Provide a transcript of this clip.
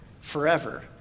forever